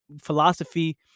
philosophy